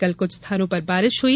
कल कुछ स्थानों पर बारिश हुई